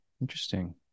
Interesting